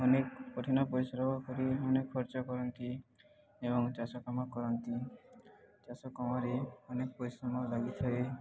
ଅନେକ କଠିନ ପରିଶ୍ରମ କରି ଅନେକ ଖର୍ଚ୍ଚ କରନ୍ତି ଏବଂ ଚାଷ କାମ କରନ୍ତି ଚାଷ କାମରେ ଅନେକ ପରିଶ୍ରମ ଲାଗିଥାଏ